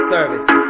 Service